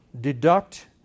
deduct